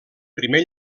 primer